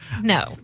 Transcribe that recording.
No